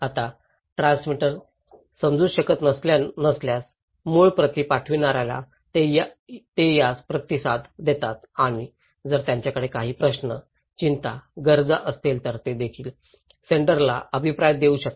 आता ट्रान्समीटर समजू शकत नसल्यास मूळ प्रति पाठविणार्याला ते यास प्रतिसाद देतात आणि जर त्यांच्याकडे काही प्रश्न चिंता गरजा असतील तर ते देखील सेंडरराना अभिप्राय देऊ शकतात